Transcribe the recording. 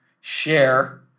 share